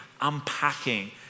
unpacking